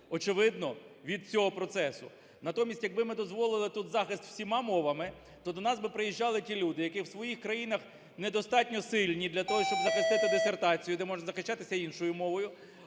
очевидно, від цього процесу. Натомість, якби ми дозволили тут захист всіма мовами, то до нас приїжджали би ті люди, які в своїх країнах недостатньо сильні для того, щоб захистити дисертацію, де можна захищатися іншою мовою.